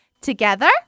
together